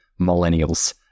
millennials